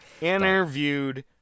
Interviewed